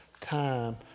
time